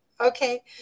Okay